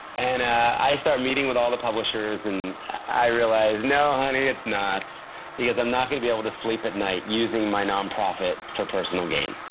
and i start meeting with all the publishers and i realize, no honey, it's not because i'm not going to be able to sleep at night using my nonprofit for personal gain,